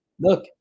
look –